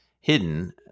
hidden